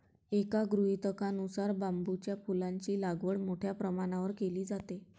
एका गृहीतकानुसार बांबूच्या फुलांची लागवड मोठ्या प्रमाणावर केली जाते